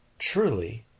truly